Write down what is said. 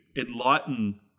enlighten